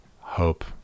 hope